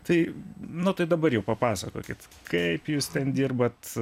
tai nu tai dabar jau papasakokit kaip jūs ten dirbat